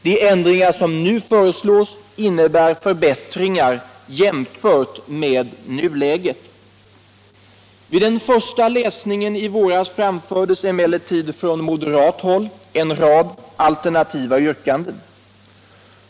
De ändringar som nu föreslås innebär förbättringar jämfört med nuläget. : Vid den första läsningen i våras framfördes emcellertid från moderat håll en rad alternativa yrkanden.